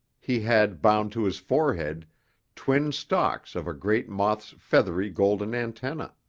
he had bound to his forehead twin stalks of a great moth's feathery golden antennae.